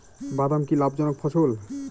বাদাম কি লাভ জনক ফসল?